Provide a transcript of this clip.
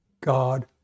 god